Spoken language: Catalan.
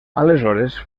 aleshores